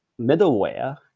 middleware